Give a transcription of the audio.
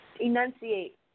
Enunciate